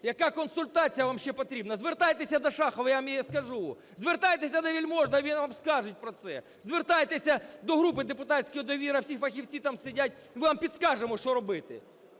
Яка консультація вам ще потрібна? Звертайтеся до Шахова, я вам її скажу. Звертайтеся до Вельможного, він вам скаже про це. Звертайтеся до групи депутатської "Довіра", всі фахівці там сидять, ми вам підкажемо, що робити.